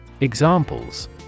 Examples